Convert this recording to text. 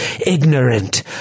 ignorant